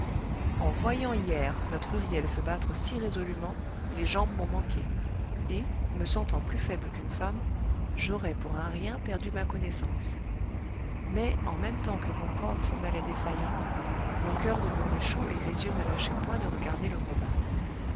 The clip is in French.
en voyant hier notre huriel se battre si résolûment les jambes m'ont manqué et me sentant plus faible qu'une femme j'aurais pour un rien perdu ma connaissance mais en même temps que mon corps s'en allait défaillant mon coeur devenait chaud et mes yeux ne lâchaient point de regarder le combat